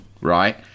right